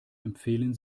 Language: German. empfehlen